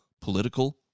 political